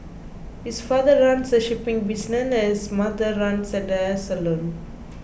his father runs a shipping business and his mother runs a hair salon